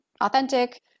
authentic